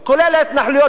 יש לפנות את כולן,